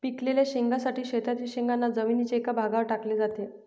पिकलेल्या शेंगांसाठी शेतातील शेंगांना जमिनीच्या एका भागावर टाकले जाते